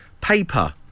Paper